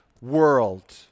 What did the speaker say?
world